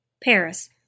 Paris